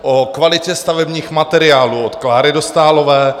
O kvalitě stavebních materiálů od Kláry Dostálové.